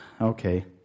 okay